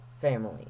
Family